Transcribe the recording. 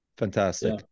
Fantastic